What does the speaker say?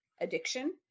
addiction